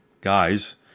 guys